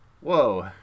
Whoa